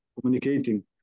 communicating